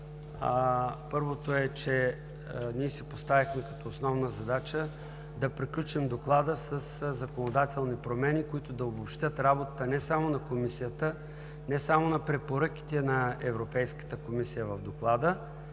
Първото е, че ние си поставихме като основна задача да приключим Доклада със законодателни промени, които да обобщят работата не само на Комисията, не само на препоръките на Европейската комисия в Доклада,